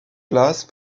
glace